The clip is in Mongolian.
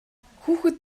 хүүхэд